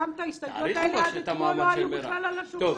ההסתייגויות האלה עד אתמול בכלל לא היו על השולחן.